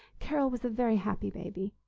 carol was a very happy baby.